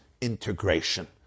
integration